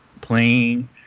playing